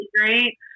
great